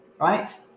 right